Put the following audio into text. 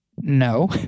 No